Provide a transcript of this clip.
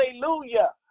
Hallelujah